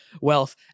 wealth